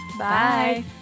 Bye